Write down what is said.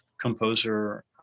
composer